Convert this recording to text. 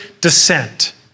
descent